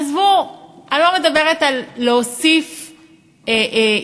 עזבו, אני לא מדברת על להוסיף יועצים,